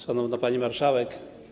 Szanowna Pani Marszałek!